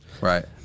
Right